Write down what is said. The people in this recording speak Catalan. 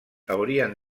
haurien